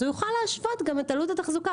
אז הוא יוכל להשוות גם את עלות התחזוקה.